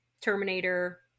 Terminator